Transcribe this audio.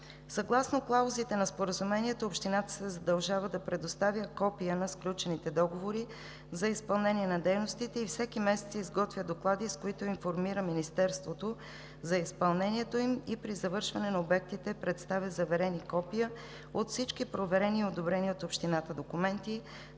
Съгласно клаузите на споразумението Общината се задължава да предоставя копия на сключените договори за изпълнение на дейностите, всеки месец изготвя доклади, с които информира Министерството за изпълнението им, и при завършване на обектите представя заверени копия от всички проверени и одобрени от Общината документи,